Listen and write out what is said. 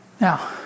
Now